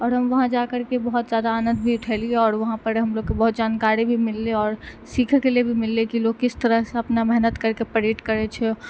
आओर हम वहाँ जाकरके बहुत जादा आनन्द भी ऊठेलियै आओर वहाँपर हमलोग के बहुत जानकारी भी मिललै आओर सीखै के लिए भी मिललै की लोग किस तरह सँ अपना मेहनत करि के परेड करै छै